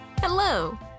hello